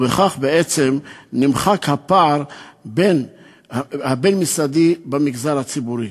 ובכך בעצם נמחק הפער הבין-משרדי במגזר הציבורי.